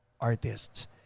artists